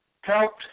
helped